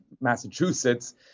Massachusetts